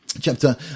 chapter